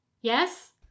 yes